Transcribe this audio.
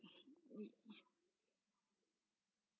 mm